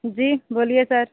जी बोलिए सर